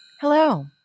Hello